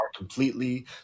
completely